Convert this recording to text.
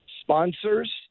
sponsors